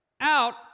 out